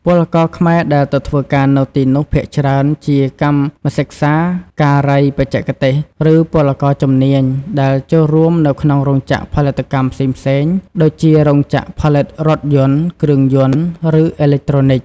ពលករខ្មែរដែលទៅធ្វើការនៅទីនោះ ភាគច្រើនជា កម្មសិក្សាការីបច្ចេកទេស ឬពលករជំនាញ ដែលចូលរួមនៅក្នុងរោងចក្រផលិតកម្មផ្សេងៗ ដូចជារោងចក្រផលិតរថយន្ត គ្រឿងយន្ត ឬអេឡិចត្រូនិច ។